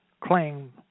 claim